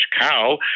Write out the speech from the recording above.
cow